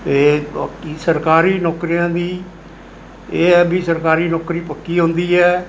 ਇਹ ਕਿ ਸਰਕਾਰੀ ਨੌਕਰੀਆਂ ਦੀ ਇਹ ਹੈ ਵੀ ਸਰਕਾਰੀ ਨੌਕਰੀ ਪੱਕੀ ਹੁੰਦੀ ਹੈ